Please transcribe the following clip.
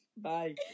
Bye